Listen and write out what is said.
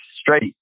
straight